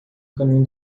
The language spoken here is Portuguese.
caminho